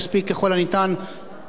גם לערוך את ההצבעה.